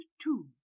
Two